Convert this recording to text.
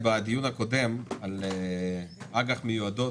בדיון הקודם על אג"ח מיועדות